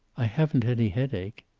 i haven't any headache.